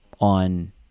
on